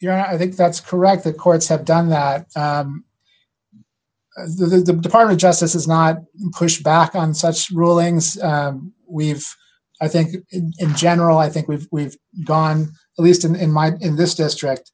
know i think that's correct the courts have done that the department justice is not pushback on such rulings we have i think in general i think we've we've gone at least in in my in this district